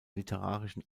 literarischen